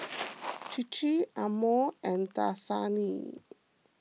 Chir Chir Amore and Dasani